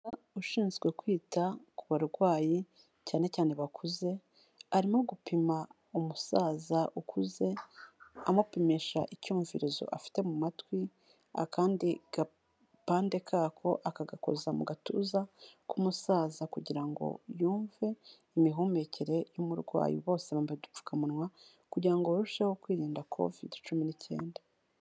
Ushinzwe kwita ku barwayi cyane cyane bakuze, arimo gupima umusaza ukuze, amupimisha icyumvirizo afite mu matwi, akandi gapande kako akagakoza mu gatuza k'umusaza kugira ngo yumve imihumekere y'umurwayi, bose bambaye udupfukamunwa kugira ngo barusheho kwirinda covide cumi n'icyenda.